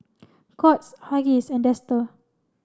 Courts Huggies and Dester